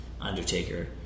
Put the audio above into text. Undertaker